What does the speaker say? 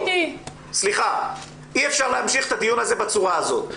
אי אפשר להמשיך את הדיון הזה בצורה הזאת.